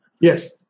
Yes